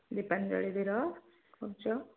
ଦୀପାଞ୍ଜଳି ଧିର କହୁଛ